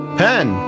pen